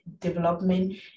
development